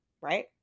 right